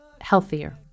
healthier